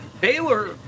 Baylor